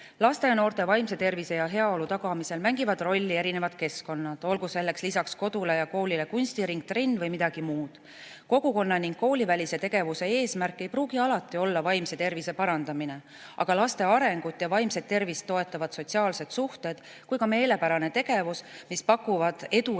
ja noorte vaimse tervise ja heaolu tagamisel mängivad rolli erinevad keskkonnad, olgu nendeks lisaks kodule ja koolile kunstiring, trenn või midagi muud. Kogukonna‑ ning koolivälise tegevuse eesmärk ei pruugi alati olla vaimse tervise parandamine, vaid laste arengut ja vaimset tervist toetavad sotsiaalsed suhted ja meelepärane tegevus, mis pakuvad